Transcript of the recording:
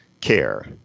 care